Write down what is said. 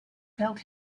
felt